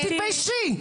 תתביישי.